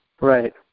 Right